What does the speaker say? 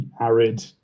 arid